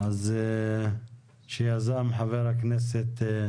לכן זה נכון מה שאתה אומר שאנחנו רק גורעים,